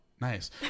nice